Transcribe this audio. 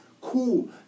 cool